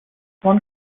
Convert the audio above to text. one